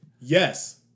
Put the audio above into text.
Yes